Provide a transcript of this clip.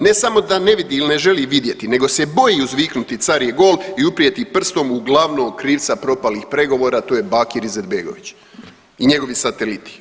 Ne samo da ne vidi ili ne želi vidjeti nego se boji uzviknuti car je gol i uprijeti prstom u glavnog krivca propalih pregovora, a to je Bakir Izetbegović i njegovi sateliti.